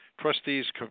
trustees